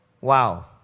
wow